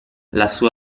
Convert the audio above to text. lassù